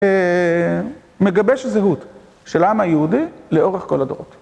מגבש זהות של העם היהודי לאורך כל הדורות.